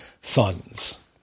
sons